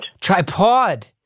Tripod